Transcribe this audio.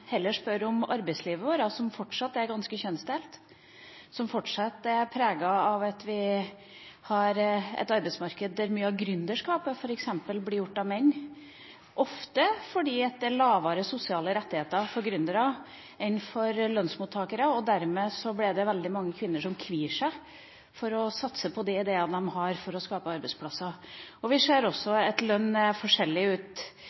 heller spørre om arbeidslivet vårt, som fortsatt er ganske kjønnsdelt. Det er fortsatt preget av at vi har et arbeidsmarked der f.eks. mye av gründerskapet blir gjort av menn, ofte fordi det er lavere sosiale rettigheter for gründere enn for lønnsmottakere, og dermed er det veldig mange kvinner som kvier seg for å satse på de ideene de har for å skape arbeidsplasser. Vi ser også at lønna er forskjellig, ikke ut